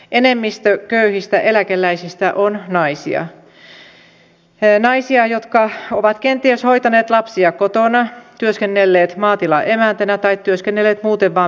enemmistö köyhistä eläkeläisistä on naisia naisia jotka ovat kenties hoitaneet lapsia kotona työskennelleet maatilaemäntänä tai työskennelleet muuten vain pienellä palkalla